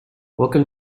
welcome